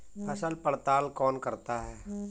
फसल पड़ताल कौन करता है?